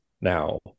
now